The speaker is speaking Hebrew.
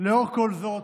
לאור כל זאת,